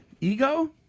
ego